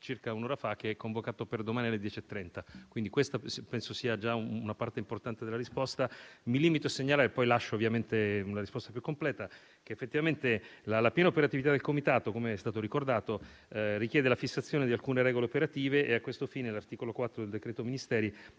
il Comitato è convocato per domani alle 10,30. Penso che questa sia già una parte importante della risposta. Mi limito a segnalare (vi lascio ovviamente una risposta più completa) che effettivamente la piena operatività del Comitato, come è stato ricordato, richiede la fissazione di alcune regole operative. A tal fine, l'articolo 4 del citato